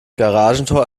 garagentor